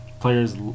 players